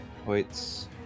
points